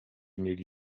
mieli